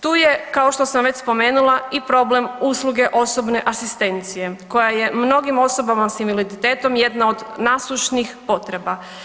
Tu je kao što sam već spomenula i problem osobne asistencije koja je mnogim osobama sa invaliditetom jedna od nasušnih potreba.